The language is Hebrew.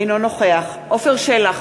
אינו נוכח עפר שלח,